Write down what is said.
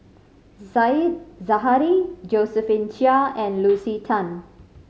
Said Zahari Josephine Chia and Lucy Tan